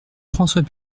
françois